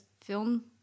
film